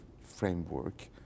framework